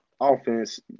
offense